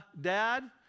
Dad